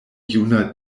juna